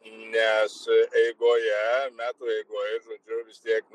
nes eigoje metų eigoje žodžiu vis tiek